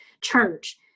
church